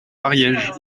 ariège